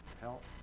help